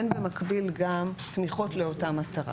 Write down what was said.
אין במקביל גם תמיכות לאותה מטרה.